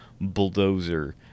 bulldozer